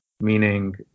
meaning